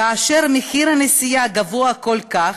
כאשר מחיר הנסיעה גבוה כל כך,